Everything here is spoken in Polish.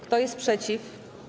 Kto jest przeciw?